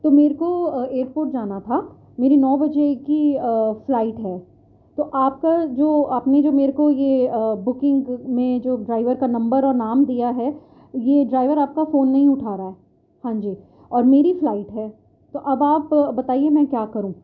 تو میرے کو ایئر پورٹ جانا تھا میری نو بجے کی فلائٹ ہے تو آپ کا جو آپ نے جو میرے کو یہ بکنگ میں جو ڈرائیور کا نمبر اور نام دیا ہے یہ ڈرائیور آپ کا فون نہیں اٹھا رہا ہے ہاں جی اور میری فلائٹ ہے تو اب آپ بتائیے میں کیا کروں